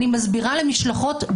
אני אעשה הכול כדי שהחוק הזה לא יעבור.